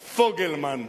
פוגלמן.